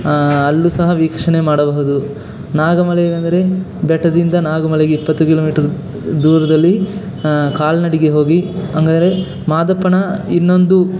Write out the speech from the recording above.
ಅಲ್ಲೂ ಸಹ ವೀಕ್ಷಣೆ ಮಾಡಬಹುದು ನಾಗಮಲೆ ಅಂದರೆ ಬೆಟ್ಟದಿಂದ ನಾಗಮಲೆಗೆ ಇಪ್ಪತ್ತು ಕಿಲೋಮೀಟರ್ ದೂರದಲ್ಲಿ ಕಾಲ್ನಡಿಗೆ ಹೋಗಿ ಹಂಗದ್ರೆ ಮಾದಪ್ಪನ ಇನ್ನೊಂದು